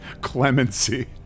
Clemency